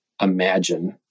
imagine